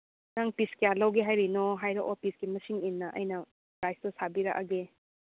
ꯅꯪ ꯄꯤꯁ ꯀꯌꯥ ꯂꯧꯒꯦ ꯍꯥꯏꯔꯤꯅꯣ ꯍꯥꯏꯔꯛꯑꯣ ꯄꯤꯁꯀꯤ ꯃꯁꯤꯡ ꯏꯟꯅ ꯑꯩꯅ ꯄ꯭ꯔꯥꯏꯁꯇꯨ ꯁꯥꯕꯤꯔꯛꯑꯒꯦ